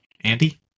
Andy